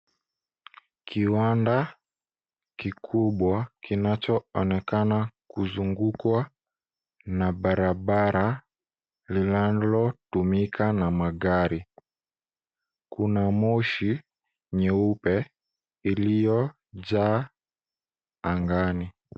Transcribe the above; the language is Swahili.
Kiwanda kikubwa kinachoonekana kuzungukwa na barabara linalotumika na magari. Kuna moshi nyeupe iliyojaa angani.